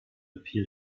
appeal